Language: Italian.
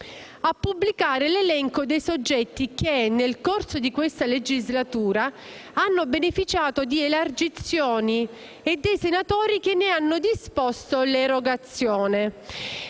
a pubblicare l'elenco dei soggetti che nel corso di questa legislatura hanno beneficiato di elargizioni e dei senatori che ne hanno disposto l'erogazione.